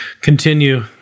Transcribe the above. continue